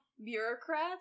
bureaucrats